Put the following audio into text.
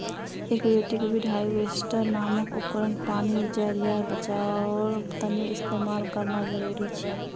aquatic weed harvester नामक उपकरण पानीर ज़रियार बचाओर तने इस्तेमाल करना ज़रूरी छे